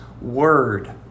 word